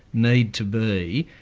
need to be